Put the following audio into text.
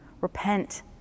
Repent